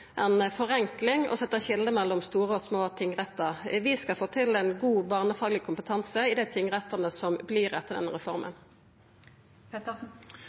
forenkling å setja eit skilje mellom store og små tingrettar. Vi skal få til ein god barnefagleg kompetanse i dei tingrettane som vert etter denne